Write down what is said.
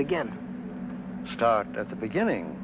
begin start at the beginning